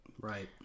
Right